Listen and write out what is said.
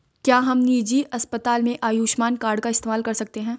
क्या हम निजी अस्पताल में आयुष्मान कार्ड का इस्तेमाल कर सकते हैं?